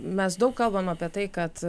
mes daug kalbam apie tai kad